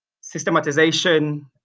systematization